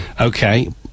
Okay